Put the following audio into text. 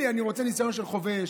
אני רוצה ניסיון של חובש,